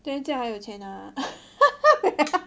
then 这样还有钱拿